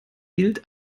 gilt